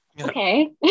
okay